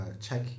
check